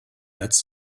netz